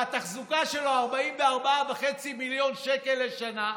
והתחזוקה שלו 44 וחצי מיליון שקל לשנה,